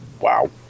wow